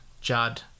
Judd